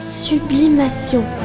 sublimation